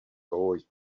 always